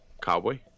Cowboy